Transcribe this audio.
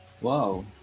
Wow